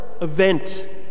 event